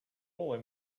holy